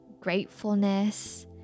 gratefulness